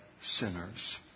sinners